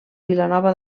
vilanova